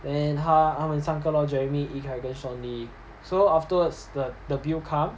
and then 他他们三个 lor jeremy yikai 跟 sean lee so afterwards the the bill come